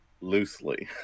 loosely